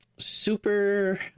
super